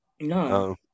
No